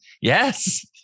Yes